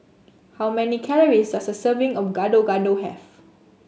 how many calories does a serving of Gado Gado have